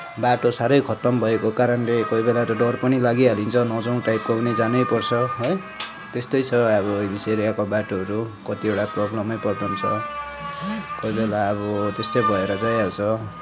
बाटो साह्रै खतम भएको कारणले कोही बेला त डर पनि लागि हालिन्छ नजाउँ टाइपको हुने जानैपर्छ है त्यस्तै छ अब हिल्स एरियाको बाटोहरू कतिवटा प्रब्लमै प्रब्लम छ कोही बेला अब त्यस्तो भएर जाइहाल्छ